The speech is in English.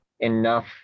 enough